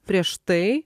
prieš tai